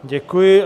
Děkuji.